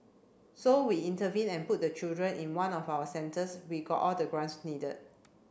so we intervened and put the children in one of our centres we got all the grants needed